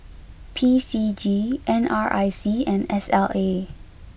P C G N R I C and S L A